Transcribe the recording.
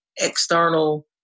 External